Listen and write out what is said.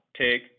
take